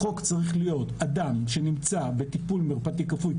החוק צריך להיות אדם שנמצא בטיפול מרפאתי כפוי,